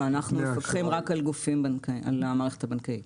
לא, אנחנו מפקחים רק על המערכת הבנקאית.